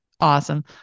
awesome